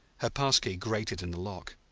her pass-key grated in the lock.